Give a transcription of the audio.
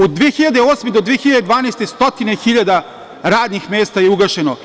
Od 2008. do 2012. stotine hiljada radnih mesta je ugašeno.